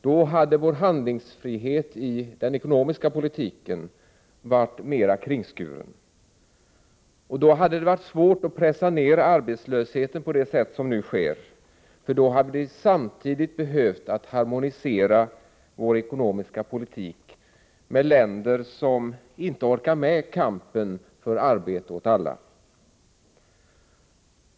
Då hade vår handlingsfrihet i den ekonomiska politiken varit mera kringskuren. Då hade det varit svårt att pressa ner arbetslösheten på det sätt som nu sker, eftersom vi då samtidigt hade behövt harmonisera vår ekonomiska politik med länder som inte orkar med kampen för arbete åt alla.